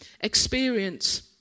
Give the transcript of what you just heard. experience